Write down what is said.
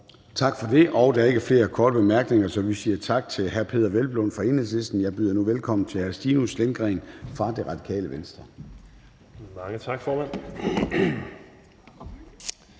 Tak for det. Der er ikke flere korte bemærkninger, så vi siger tak til hr. Peder Hvelplund fra Enhedslisten. Jeg byder nu velkommen til hr. Stinus Lindgreen fra Radikale Venstre. Kl.